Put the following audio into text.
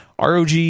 ROG